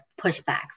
pushback